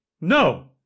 No